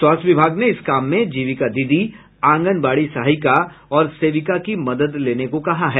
स्वास्थ्य विभाग ने इस काम में जीविका दीदी आंगनबाड़ी सहायिका और सेविका की मदद लेने को कहा है